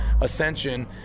ascension